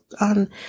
on